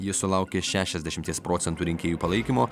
jis sulaukė šešiasdešimties procentų rinkėjų palaikymo